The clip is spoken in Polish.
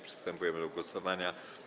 Przystępujemy do głosowania.